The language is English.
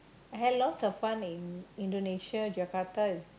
I had lots of fun in Indonesia Jakarta